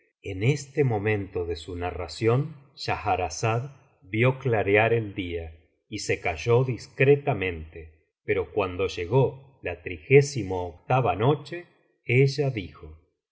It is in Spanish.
en este momento de su narración schahrazada vio clarear el día y se calló discretamente pero cuando llegó la a noche ella dijo